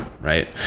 Right